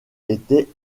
était